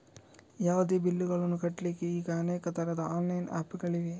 ಯಾವುದೇ ಬಿಲ್ಲುಗಳನ್ನು ಕಟ್ಲಿಕ್ಕೆ ಈಗ ಅನೇಕ ತರದ ಆನ್ಲೈನ್ ಆಪ್ ಗಳಿವೆ